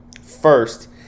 First